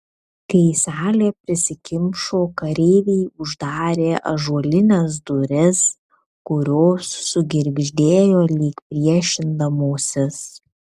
kai salė prisikimšo kareiviai uždarė ąžuolines duris kurios sugirgždėjo lyg priešindamosis